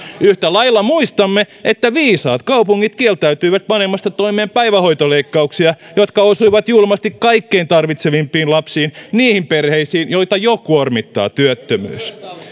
yhtä lailla muistamme että viisaat kaupungit kieltäytyivät panemasta toimeen päivähoitoleikkauksia jotka osuivat julmasti kaikkein tarvitsevimpiin lapsiin niihin perheisiin joita jo kuormittaa työttömyys